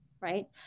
right